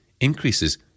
increases